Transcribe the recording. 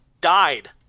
died